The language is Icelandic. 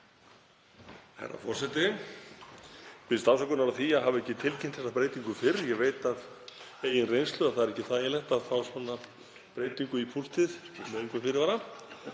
Herra forseti. Ég biðst afsökunar á því að hafa ekki tilkynnt þessa breytingu fyrr. Ég veit af eigin reynslu að það er ekki þægilegt að fá breytingu í púltið með engum fyrirvara.